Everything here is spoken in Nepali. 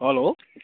हेलो